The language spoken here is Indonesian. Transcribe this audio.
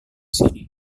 sini